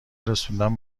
رسوندن